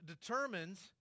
determines